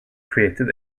created